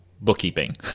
bookkeeping